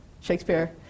Shakespeare